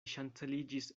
ŝanceliĝis